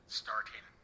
starting